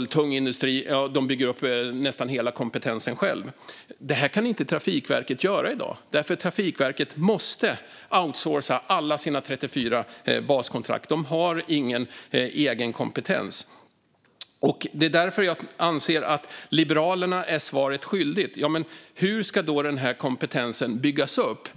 och tung industri, bygger upp nästan hela kompetensen själva. Det kan inte Trafikverket göra i dag, för Trafikverket måste outsourca alla sina 34 baskontrakt. De har ingen egen kompetens. Det är därför jag anser att Liberalerna är svaret skyldiga: Hur ska då den här kompetensen byggas upp?